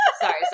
sorry